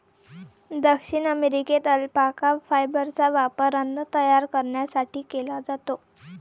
दक्षिण अमेरिकेत अल्पाका फायबरचा वापर अन्न तयार करण्यासाठी केला जातो